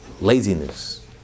laziness